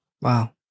Wow